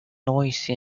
noise